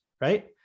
right